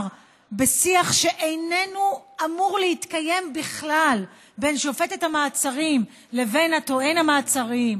בשיח שאיננו אמור להתקיים בכלל בין שופטת המעצרים לבין טוען המעצרים,